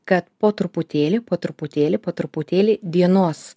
kad po truputėlį po truputėlį po truputėlį dienos